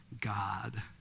God